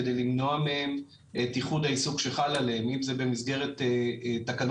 כדי למנוע מהם את איחוד העיסוק שחל עליהם אם זה במסגרת תקנון